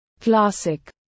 Classic